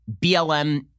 BLM